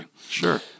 sure